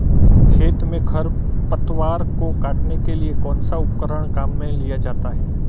खेत में खरपतवार को काटने के लिए कौनसा उपकरण काम में लिया जाता है?